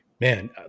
man